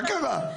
מה קרה?